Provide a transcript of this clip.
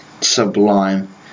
sublime